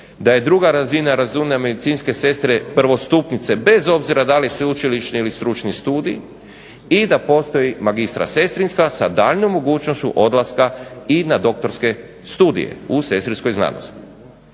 da je druga razina, razina medicinske sestre prvostupnice bez obzira da li sveučilišni ili stručni studij, i da postoji magistra sestrinstva sa daljnjom mogućnošću odlaska i na doktorske studije u sestrinskoj znanosti.